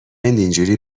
اینجوری